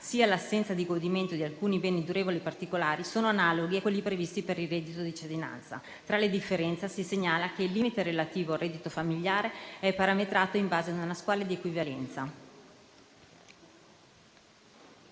sia l'assenza di godimento di alcuni beni durevoli particolari, sono analoghi a quelli previsti per il reddito di cittadinanza. Tra le differenze si segnala che il limite relativo al reddito familiare è parametrato in base a una scala di equivalenza.